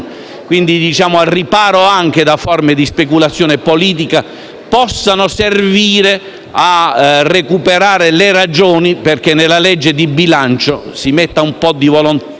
sono al riparo da forme di speculazione politica - possano servire a recuperare le ragioni perché nella legge di bilancio si metta un po' di buona